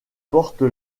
portent